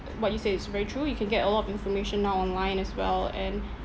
what you say it's very true you can get a lot of information now online as well and